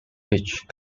pitch